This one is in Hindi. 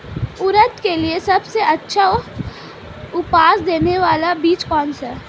उड़द के लिए सबसे अच्छा उपज देने वाला बीज कौनसा है?